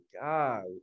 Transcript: God